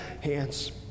hands